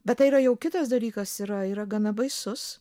bet tai yra jau kitas dalykas yra yra gana baisus